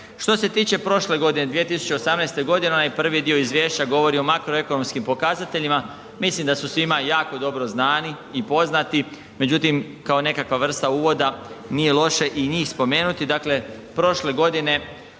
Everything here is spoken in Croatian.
Što se tiče prošle godine 2018. godine onaj prvi dio izvješća govori o makroekonomskim pokazateljima mislim da su svima jako dobro znani i poznati, međutim kao nekakva vrsta uvoda nije loše i njih spomenuti. Dakle, prošle godine